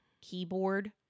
keyboard